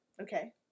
Okay